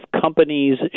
companies